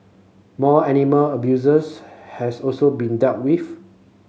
more animal abusers has also been dealt with